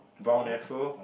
brown afro